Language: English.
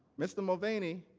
mr. mulvaney,